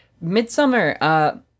*Midsummer*